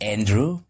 Andrew